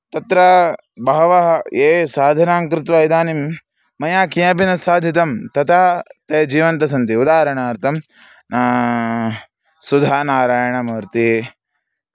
तत्र बहवः ये साधनां कृत्वा इदानीं मया किमपि न साधितं तथा ते जीवन्तः सन्ति उदाहरणार्थं सुधानारायणमूर्ती